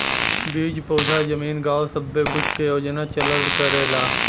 बीज पउधा जमीन गाव सब्बे कुछ के योजना चलल करेला